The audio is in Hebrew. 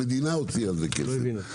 המדינה הוציאה על זה כסף.